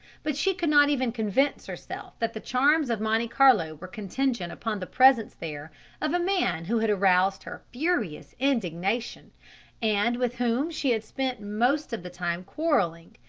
but she could not even convince herself that the charms of monte carlo were contingent upon the presence there of a man who had aroused her furious indignation and with whom she had spent most of the time quarrelling.